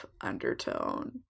undertone